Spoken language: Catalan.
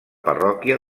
parròquia